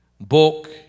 book